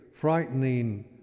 frightening